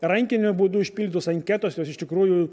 rankiniu būdu užpildytos anketos jos iš tikrųjų